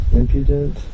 impudent